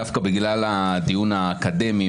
דווקא בגלל הדיון האקדמי,